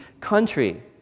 country